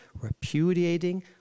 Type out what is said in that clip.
repudiating